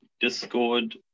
discord